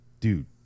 dude